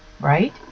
Right